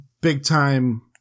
big-time